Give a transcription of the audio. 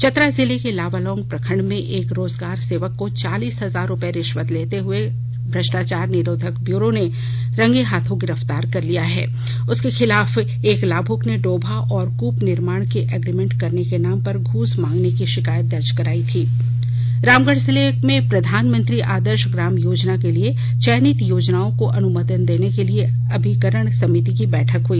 चतरा जिले के लावालौंग प्रखंड में एक रोजगार सेवक को चालीस हजार रुपए रिश्वत लेते भ्रष्टाचार निरोधक ब्यूरो एसीबी ने रंगेहाथ गिरफ्तार कर लिया उसके खिलाफ एक लाभुक ने डोभा और कूप निर्माण के एग्रीमेंट करने के नाम पर घूस मांगने की शिकायत दर्ज कराई थी रामगढ़ जिले में प्रधान मंत्री आदर्श ग्राम योजना के लिए चयनित योजनाओं को अनुमोदन देने के लिए अभिसरण समिति की बैठक हुई